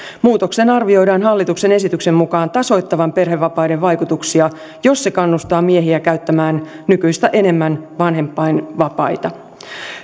muutoksen arvioidaan hallituksen esityksen mukaan tasoittavan perhevapaiden vaikutuksia jos se kannustaa miehiä käyttämään nykyistä enemmän vanhempainvapaita